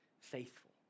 faithful